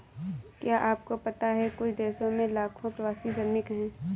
क्या आपको पता है कुछ देशों में लाखों प्रवासी श्रमिक हैं?